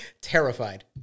terrified